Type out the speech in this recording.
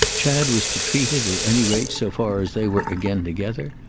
chad was to treat it, at any rate, so far as they were again together,